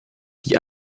die